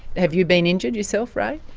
have you been injured yourself, ray?